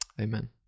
Amen